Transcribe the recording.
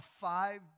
five